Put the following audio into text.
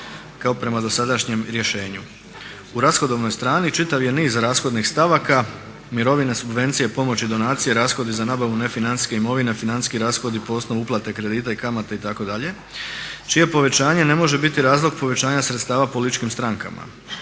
kao prema dosadašnjem rješenju. U rashodovnoj strani čitav je niz rashodnih stavaka, mirovine, subvencije, pomoći, donacije, rashodi za nabavu nefinancijske imovine, financijski rashodi po osnovu uplate kredita i kamate itd. čije povećanje ne može biti razlog povećanja sredstava političkim strankama.